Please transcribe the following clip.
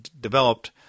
developed